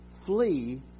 flee